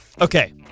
okay